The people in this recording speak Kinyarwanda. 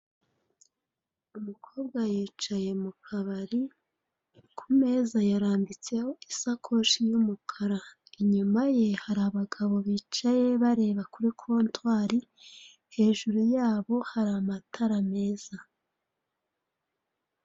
Umukobwa yicaye mu kabari, ku meza yaharambitseho isakoshi y'umukara, inyuma ye hari abagabo bicaye bareba kuri kotwari, hejuru yabo hari amatara meza.